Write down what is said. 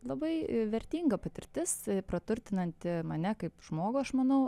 labai vertinga patirtis praturtinanti mane kaip žmogų aš manau